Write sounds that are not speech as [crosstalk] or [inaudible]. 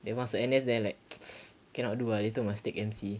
then masuk N_S then I like [noise] cannot do ah later must take M_C